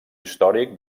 històric